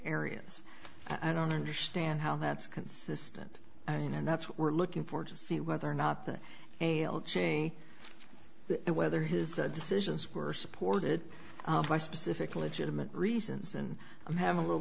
areas i don't understand how that's consistent and that's what we're looking for to see whether or not the ale chain and whether his decisions were supported by specific legitimity reasons and i'm having a little